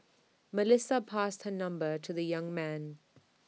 Melissa passed her number to the young man